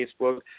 Facebook